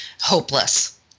hopeless